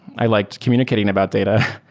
i liked communicating about data.